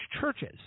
churches